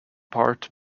part